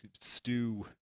stew